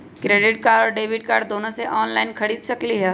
Credit card और debit card दोनों से ऑनलाइन खरीद सकली ह?